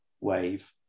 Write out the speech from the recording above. wave